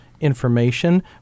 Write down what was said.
information